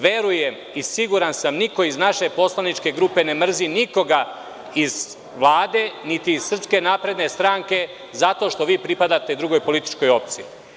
Verujem, i siguran sam, da niko iz naše poslaničke grupe ne mrzi nikoga iz Vlade, niti iz SNS zato što vi pripadate drugoj političkoj opciji.